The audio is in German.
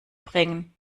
bringen